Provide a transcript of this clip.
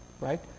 right